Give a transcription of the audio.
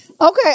Okay